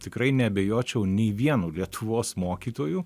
tikrai neabejočiau nei vienu lietuvos mokytoju